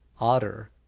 otter